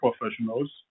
professionals